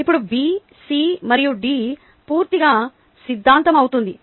ఇప్పుడు B C మరియు D పూర్తిగా సిద్ధాంతం అవుతుంది